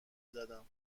زدم